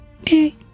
Okay